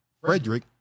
Frederick